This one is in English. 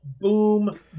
Boom